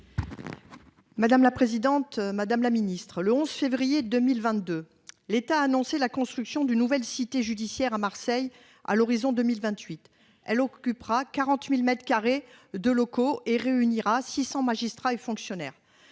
Madame la présidente, madame la Ministre, le 11 février 2022, l'État a annoncé la construction d'une nouvelle cité judiciaire à Marseille à l'horizon 2028. Elle occupera 40.000 m2 de locaux et réunira 600 magistrats et fonctionnaires.